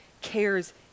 cares